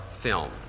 film